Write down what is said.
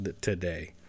today